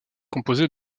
composé